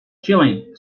chilling